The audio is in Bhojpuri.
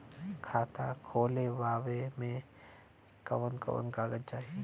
खाता खोलवावे में कवन कवन कागज चाही?